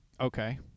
Okay